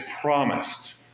promised